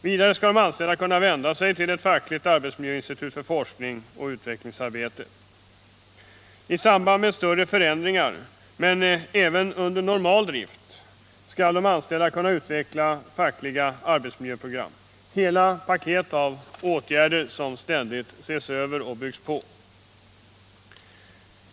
Vidare skall de anställda kunna vända sig till ett fackligt arbetsmiljöinstitut för forskningsoch utvecklingsarbete. I samband med större förändringar, men även under normal drift, skall de anställda kunna utveckla fackliga arbetsmiljöprogram, hela paket av åtgärdskrav som ständigt ses över och byggs på.